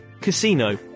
Casino